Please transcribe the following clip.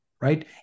right